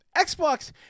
Xbox